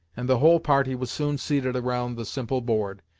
and the whole party was soon seated around the simple board,